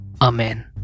amen